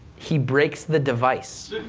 he breaks the device.